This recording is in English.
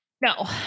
No